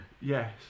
yes